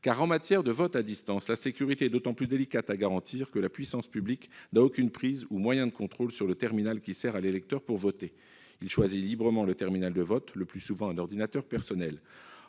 en matière de vote à distance, la sécurité est d'autant plus délicate à garantir que la puissance publique n'a aucune prise ou aucun moyen de contrôle sur le terminal qui sert à l'électeur pour voter. Celui-ci choisit librement le terminal de vote, le plus souvent un ordinateur personnel.